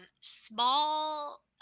small